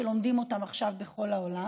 שלומדים אותן עכשיו בכל העולם.